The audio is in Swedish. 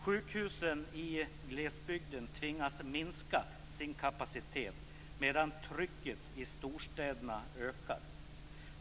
Sjukhusen i glesbygden tvingas minska sin kapacitet medan trycket i storstäderna ökar.